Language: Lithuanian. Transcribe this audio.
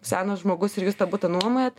senas žmogus ir jūs tą butą nuomojat